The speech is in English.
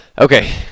Okay